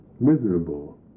miserable